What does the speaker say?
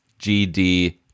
GD